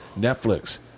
Netflix